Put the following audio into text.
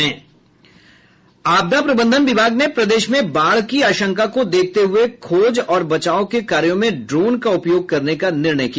आपदा प्रबंधन विभाग ने प्रदेश में बाढ़ की आशंका को देखते हये खोज और बचाव के कार्यों में ड्रोन का उपयोग करने का निर्णय किया